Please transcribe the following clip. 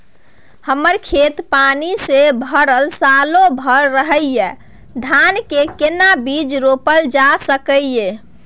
हमर खेत पानी से भरल सालो भैर रहैया, धान के केना बीज रोपल जा सकै ये?